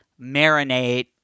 marinate